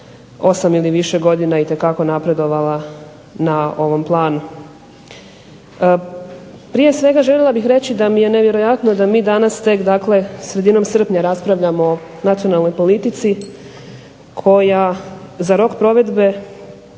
osam ili više godina itekako napredovala na ovom planu. Prije svega željela bih reći da mi je nevjerojatno da mi danas tek dakle sredinom srpnja raspravljamo o nacionalnoj politici koja za rok provedbe